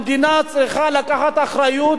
המדינה צריכה לקחת אחריות,